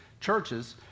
churches